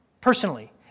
personally